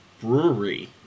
brewery